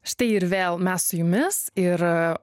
štai ir vėl mes su jumis ir